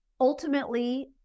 ultimately